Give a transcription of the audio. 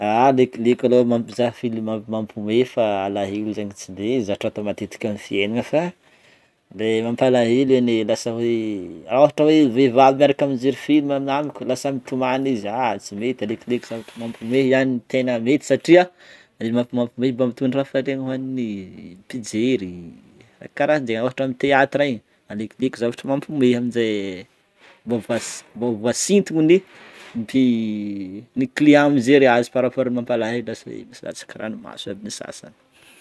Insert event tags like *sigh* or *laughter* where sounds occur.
Alekoleko aloha mba mizaha film mampiomehy fa alahelo zegny tsy de zatra atao matetika amin'ny fiaignana fa le mampalahelo anie lasa hoe ôhatra hoe vehivavy miaraka mijery film aminah môko lasa mitomany izy, aha tsy mety alekoleko zavatra mampiomehy ihany ny tegna mety satria le mampimampiomehy mba mitondra hafaliagna ho an'ny *hesitation* mpijery karahan'jegny, ohatra amin'ny teatra igny alekoleko zavatra mampihomehy amin'zay *hesitation* mba voasi- mba ho voasintogno ny mpi- *hesitation* ny client mijery azy par rapport amin'ny mampalaelo lasa ranomasy aby ny sasany.